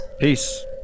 Peace